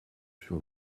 sur